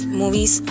movies